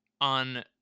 on